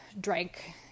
drank